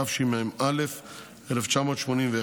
התשמ"א 1981,